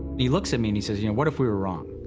he looks at me, and he says, you know, what if we were wrong?